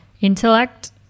intellect